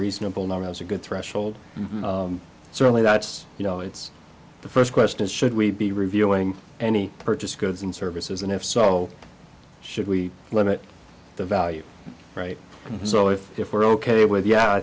reasonable number was a good threshold and certainly that's you know it's the first question is should we be reviewing any purchase goods and services and if so should we limit the value right so if if we're ok with yeah i